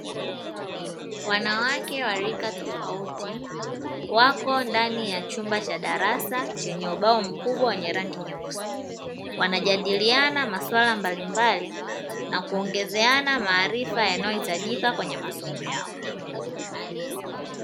Wanawake wa rika tofauti, wako ndani ya chumba cha darasa chenye ubao mkubwa wenye rangi nyeusi. Wanajadiliana maswala mbalimbali na kuongezeana maarifa yanayohitajika kwenye masomo yao.